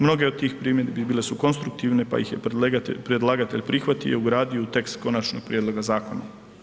Mnoge od tih primjedbi bile su konstruktivne pa ih je predlagatelj prihvatio i ugradio u tekst konačnog prijedloga zakona.